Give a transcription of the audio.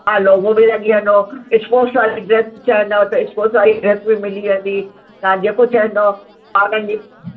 हा लोगो बी लॻी वेंदो स्पोर्ट वारी ड्रेस चाहींदव त स्पोर्ट वारी ड्रेस बि मिली वेंदी तव्हां जेको चवंदव ॿारनि जी